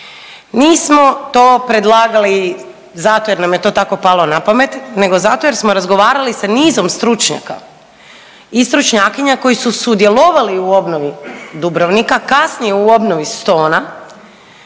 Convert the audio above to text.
Nismo to predlagali zato jer nam je to tako palo na pamet, nego zato jer smo razgovarali sa nizom stručnjaka i stručnjakinja koji su sudjelovali u obnovi Dubrovnika, kasnije u obnovi Stona